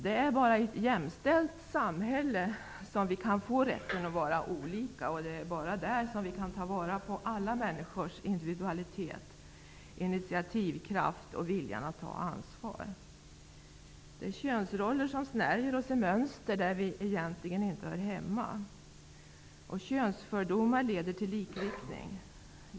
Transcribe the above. Det är bara i ett jämställt samhälle som vi kan få rätten att vara olika. Det är bara där som vi kan ta vara på alla människors individualitet, initiativkraft och vilja att ta ansvar. Könsrollerna snärjer oss i mönster där vi egentligen inte hör hemma. Könsfördomar leder till likriktning.